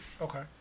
Okay